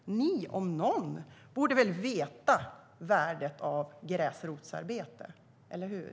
Ni om någon borde väl veta värdet av gräsrotsarbete, eller hur?